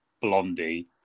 Blondie